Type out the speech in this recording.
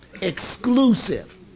exclusive